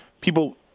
people